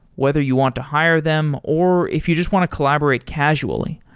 whether you want to hire them or if you just want to collaborate casually.